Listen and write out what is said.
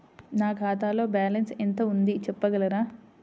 నా ఖాతాలో బ్యాలన్స్ ఎంత ఉంది చెప్పగలరా?